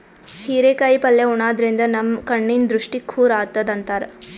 ಹಿರೇಕಾಯಿ ಪಲ್ಯ ಉಣಾದ್ರಿನ್ದ ನಮ್ ಕಣ್ಣಿನ್ ದೃಷ್ಟಿ ಖುರ್ ಆತದ್ ಅಂತಾರ್